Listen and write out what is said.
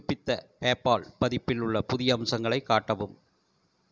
புதுப்பித்த PayPal பதிப்பில் உள்ள புதிய அம்சங்களை காட்டவும்